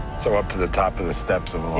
so up to the top of the steps of a